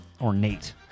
ornate